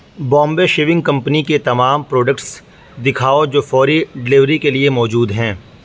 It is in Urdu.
بامبے شیونگ کمپنی کے تمام پروڈکٹس دکھاؤ جو فوری ڈلیوری کے لیے موجود ہیں